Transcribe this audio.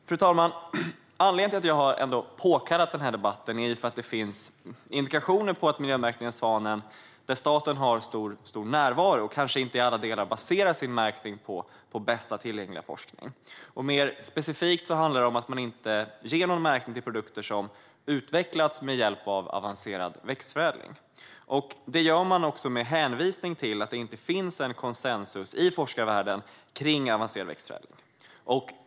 Anledningen till att jag har påkallat denna debatt är att det finns indikationer på att miljömärkningen Svanen, där staten har stor närvaro, kanske inte till alla delar baseras på bästa tillgängliga forskning. Mer specifikt handlar det om att man inte tillåter märkning av produkter som utvecklats med hjälp av avancerad växtförädling, med hänvisning till att det inte råder konsensus i forskarvärlden kring avancerad växtförädling.